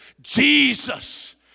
Jesus